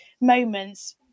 moments